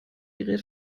gerät